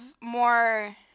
more